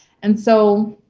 and so